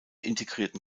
integrierten